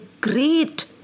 great